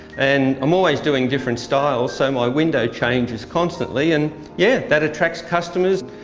and i'm always doing different styles so my window changes constantly and yeah, that attracts customers.